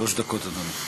שלוש דקות, אדוני.